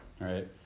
right